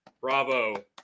bravo